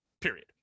period